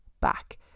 back